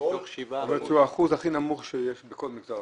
זה האחוז הכי נמוך שיש בכל מגזר.